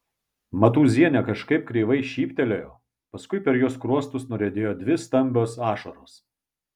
matūzienė kažkaip kreivai šyptelėjo paskui per jos skruostus nuriedėjo dvi stambios ašaros